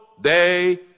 day